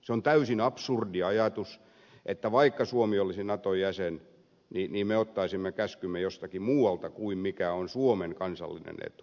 se on täysin absurdi ajatus että vaikka suomi olisi naton jäsen niin me ottaisimme käskymme jostakin muualta kuin mikä on suomen kansallinen etu